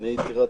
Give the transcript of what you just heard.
בבקשה?